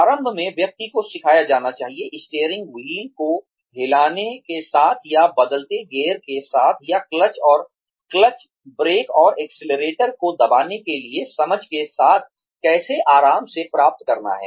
प्रारंभ में व्यक्ति को सिखाया जाना चाहिए स्टीयरिंग व्हील को हिलाने के साथ या बदलते गियर के साथ या क्लच ब्रेक और एक्सेलेरेटर को दबाने के लिए समझ के साथ कैसे आराम से प्राप्त करना है